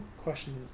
question